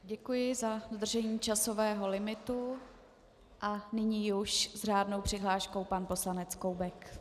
Děkuji za dodržení časového limitu a nyní už s řádnou přihláškou pan poslanec Koubek.